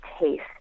taste